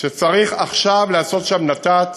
צריך עכשיו לעשות שם נת"צ,